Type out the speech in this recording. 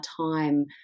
time